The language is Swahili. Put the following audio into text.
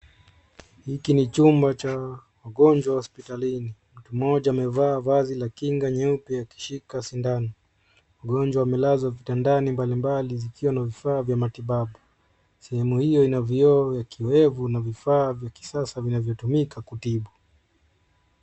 Hiki ni chumba cha wagonjwa hospitalini. Mtu mmoja amevaa vazi la kinga nyeupe akishika sindano. Mgonjwa amelazwa vitandani mbalimbali zikiwa na vifaa vya matibabu. Sehemu hiyo ina vioo ya kioevu na vifaa vya kisasa vinavyotumika kutibu.